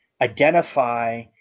identify